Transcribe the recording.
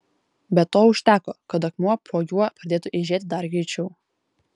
bet to užteko kad akmuo po juo pradėtų eižėti dar greičiau